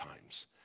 times